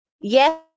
Yes